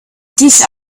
these